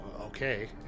Okay